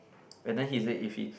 and then he said if he